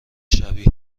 شبیه